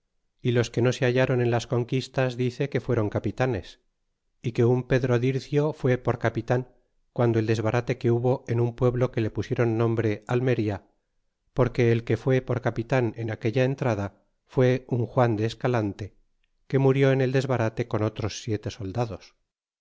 y los que no se hailáron en las conquistas dice que fueron capitanes y que un pedro dircio fue por capitan piado el desbarate que hubo en un pueblo que le pusieron nombre almena porque el que fue por capitan en aquella entrada fué un juan de escalante que murió en el desbarate con otros siete soldados